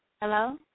Hello